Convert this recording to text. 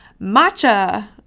Matcha